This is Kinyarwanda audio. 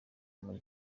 muri